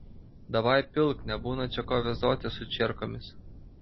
davai pilk nebūna čia ko vazotis su čierkomis